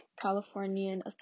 Californian